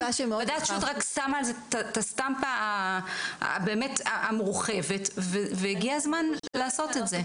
ועדת שולט רק שמה על זה את הסטמפה המורחבת והגיע הזמן לעשות את זה.